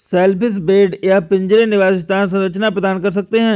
shellfish bed या पिंजरे निवास स्थान संरचना प्रदान कर सकते हैं